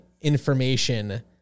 information